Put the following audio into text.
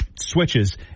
switches